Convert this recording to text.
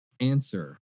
answer